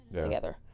together